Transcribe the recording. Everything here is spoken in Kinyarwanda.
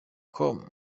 com